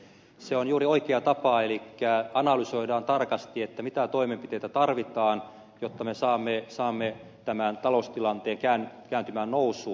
se on juuri oikea tapa elikkä analysoidaan tarkasti mitä toimenpiteitä tarvitaan jotta me saamme tämän taloustilanteen kääntymään nousuun